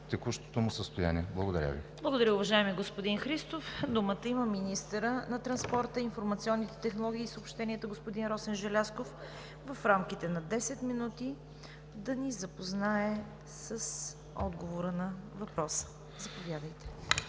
текущото му състояние. Благодаря Ви. ПРЕДСЕДАТЕЛ ЦВЕТА КАРАЯНЧЕВА: Благодаря, уважаеми господин Христов. Думата има министърът на транспорта, информационните технологии и съобщенията, господин Росен Желязков, в рамките на десет минути да ни запознаете с отговора на въпроса – заповядайте.